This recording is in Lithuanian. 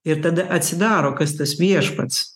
ir tada atsidaro kas tas viešpats